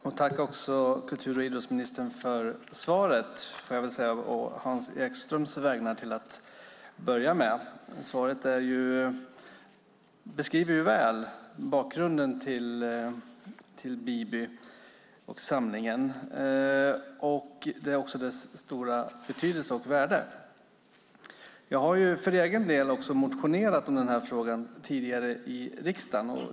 Fru talman! Tack, kultur och idrottsministern, för svaret! får jag väl till att börja med säga å Hans Ekströms vägnar. Svaret beskriver väl bakgrunden till Biby och samlingen där och anger dess stora betydelse och värde. Jag har tidigare för egen del motionerat om den här frågan här i riksdagen.